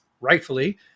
rightfully